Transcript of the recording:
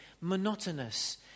monotonous